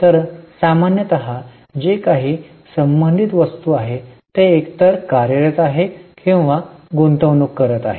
तर सामान्यत जे काही संबंधित वस्तू आहे ते एकतर कार्यरत आहे किंवा गुंतवणूक करीत आहे